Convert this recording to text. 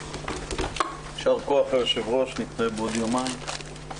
הישיבה ננעלה בשעה 13:05.